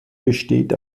besteht